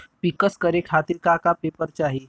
पिक्कस करे खातिर का का पेपर चाही?